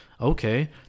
Okay